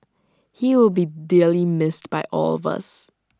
he will be dearly missed by all of us